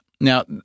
Now